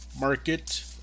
market